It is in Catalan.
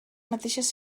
mateixes